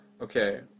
okay